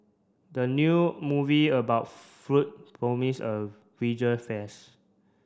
the new movie about food promise a visual face